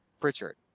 Pritchard